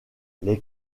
les